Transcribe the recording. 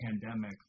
pandemic